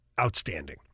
outstanding